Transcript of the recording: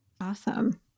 Awesome